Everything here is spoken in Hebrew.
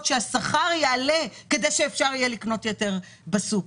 כך שהשכר יעלה כדי שאפשר יהיה לקנות יותר בסופר.